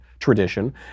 Tradition